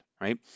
right